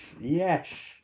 Yes